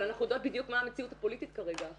אבל אנחנו יודעות בדיוק מה המציאות הפוליטית עכשיו.